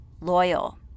loyal